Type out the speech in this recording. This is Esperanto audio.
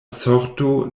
sorto